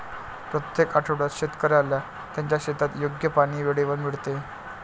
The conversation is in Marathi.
प्रत्येक आठवड्यात शेतकऱ्याला त्याच्या शेतात योग्य पाणी वेळेवर मिळते